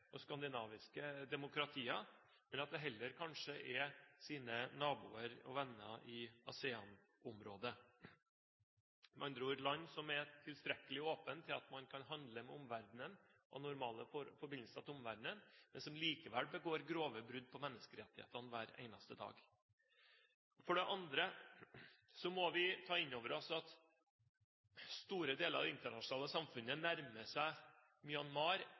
heller kanskje er naboer og venner i ASEAN-området, med andre ord land som er tilstrekkelig åpne til at man kan handle med omverdenen og ha normale forbindelser til omverdenen, men som likevel begår grove brudd på menneskerettighetene hver eneste dag. For det andre må vi ta inn over oss at store deler av det internasjonale samfunnet nærmer seg Myanmar